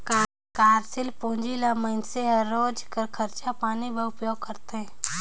कारसील पूंजी ल मइनसे हर रोज कर खरचा पानी बर ओला उपयोग करथे